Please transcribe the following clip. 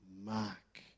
mark